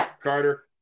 Carter